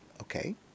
Okay